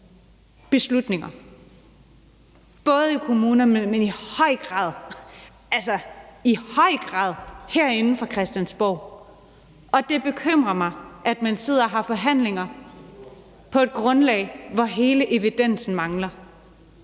beslutninger, både i kommunerne, men i høj grad herinde fra Christiansborg. Det bekymrer mig, at man sidder og har forhandlinger på et grundlag, hvor hele evidensen mangler.